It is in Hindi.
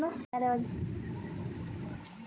तुम ऑनलाइन सेल्फ ट्रांसफर बहुत जल्दी कर सकते हो